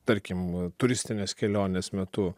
tarkim turistinės kelionės metu